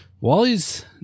Wally's